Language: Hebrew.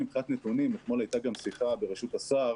מבחינת נתונים אתמול הייתה גם שיחה בראשות השר